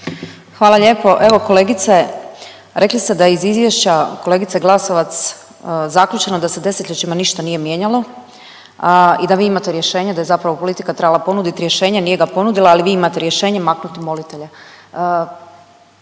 Hvala lijepo. Evo kolegice rekli ste da je iz izvješća kolegice Glasovac zaključeno da se desetljećima ništa nije mijenjalo i da vi imate rješenje, da je zapravo politika trebala ponudit rješenje nije ga ponudila, ali vi imate rješenje maknuti molitelje.